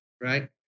right